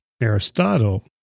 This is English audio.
Aristotle